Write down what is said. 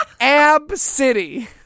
Ab-City